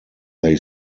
they